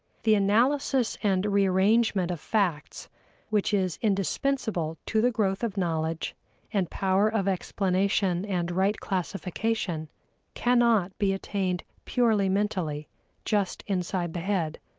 the analysis and rearrangement of facts which is indispensable to the growth of knowledge and power of explanation and right classification cannot be attained purely mentally just inside the head.